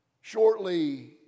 Shortly